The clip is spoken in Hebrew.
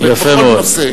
בכל נושא.